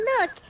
Look